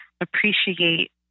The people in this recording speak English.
appreciate